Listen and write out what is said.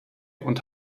und